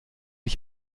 ich